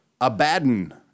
Abaddon